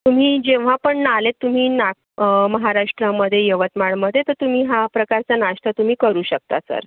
तुम्ही जेव्हा पण आलेत तुम्ही ना महाराष्ट्रामध्ये यवतमाळमध्ये तर तुम्ही हा प्रकारचा नाष्टा तुम्ही करू शकता सर